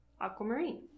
aquamarine